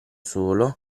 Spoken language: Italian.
solo